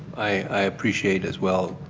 i appreciate as well